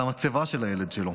על המצבה של הילד שלו.